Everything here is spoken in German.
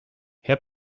herr